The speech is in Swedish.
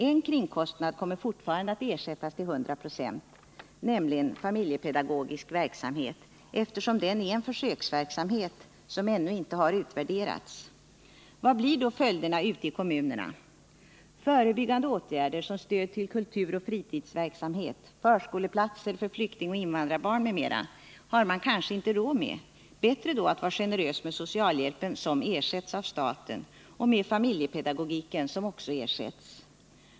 En ”kringkostnad” kommer fortfarande att ersättas till 100 96, nämligen familjepedagogisk verksamhet, eftersom den är en försöksverksamhet som ännu inte utvärderats. Vad blir då följderna ute i kommunerna? Förebyggande åtgärder som stöd till kulturoch fritidsverksamhet, förskoleplatser för flyktingoch invandrarbarn m.m. har man kanske inte råd med — bättre då att vara generös med socialhjälpen, som ersätts av staten, och med familjepedagogiken, som också ersätts.